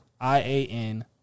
I-A-N